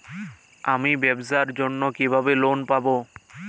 আমি ব্যবসার জন্য কিভাবে লোন পাব?